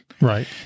Right